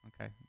okay